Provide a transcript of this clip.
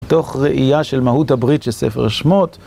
תוך ראייה של מהות הברית של ספר שמות